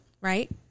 right